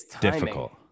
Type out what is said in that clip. difficult